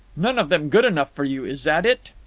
none of them good enough for you, is that it?